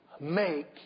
make